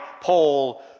Paul